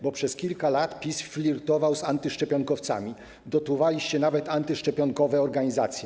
Bo przez kilka lat PiS flirtował z antyszczepionkowcami, dotowaliście nawet antyszczepionkowe organizacje.